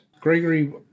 Gregory